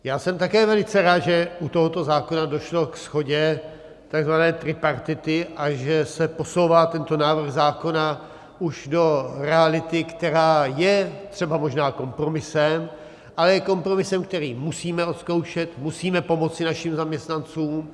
Já jsem také velice rád, že u tohoto zákona došlo ke shodě takzvané tripartity a že se posouvá tento návrh zákona už do reality, která je možná kompromisem, ale je kompromisem, který musíme odzkoušet, musíme pomoci našim zaměstnancům.